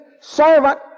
servant